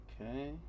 Okay